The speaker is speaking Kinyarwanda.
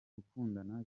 gukundana